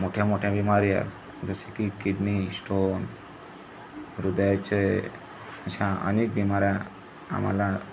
मोठ्या मोठ्या बिमाऱ्या जसे की किडनी स्टोन हृदयाचे अशा अनेक बिमाऱ्या आम्हाला